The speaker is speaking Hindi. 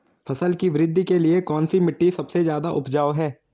फसल की वृद्धि के लिए कौनसी मिट्टी सबसे ज्यादा उपजाऊ है?